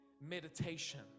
meditation